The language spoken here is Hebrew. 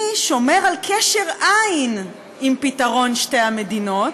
אני שומר על קשר עין עם פתרון שתי המדינות,